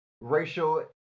racial